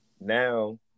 now